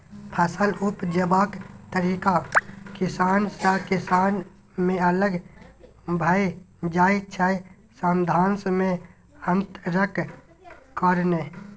फसल उपजेबाक तरीका किसान सँ किसान मे अलग भए जाइ छै साधंश मे अंतरक कारणेँ